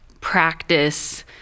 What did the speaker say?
practice